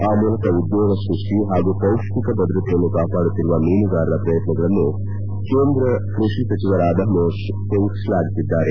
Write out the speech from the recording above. ಆ ಮೂಲಕ ಉದ್ಯೋಗ ಸ್ಪಷ್ಷಿ ಹಾಗೂ ಪೌಷ್ಷಿಕ ಭದ್ರತೆಯನ್ನು ಕಾಪಾಡುತ್ತಿರುವ ಮೀನುಗಾರರ ಪ್ರಯತ್ನಗಳನ್ನು ಕೇಂದ್ರ ಕೃಷಿ ಸಚಿವ ರಾಧಾ ಮೋಹನ್ ಸಿಂಗ್ ಶ್ಲಾಘಿಸಿದ್ದಾರೆ